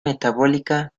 metabólica